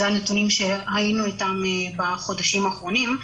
זה נתונים שהיינו איתם בחודשים האחרונים,